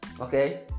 okay